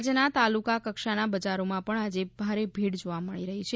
રાજ્યના તાલુકા કક્ષાના બજારોમાં પણ આજે ભારે ભીડ જોવા મળી રહી છે